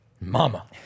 mama